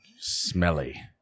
Smelly